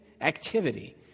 activity